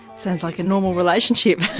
sounds like a normal relationship.